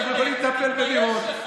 אנחנו יכולים לטפל במירון.